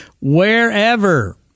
wherever